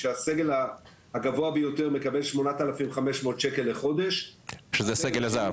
שהסגל הגבוה ביותר מקבל 8500 שקל לחודש --- שזה סגל הזהב.